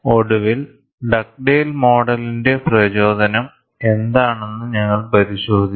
ഒടുവിൽ ഡഗ്ഡേൽ മോഡലിന്റെ പ്രചോദനം എന്താണെന്ന് ഞങ്ങൾ പരിശോധിച്ചു